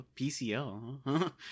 pcl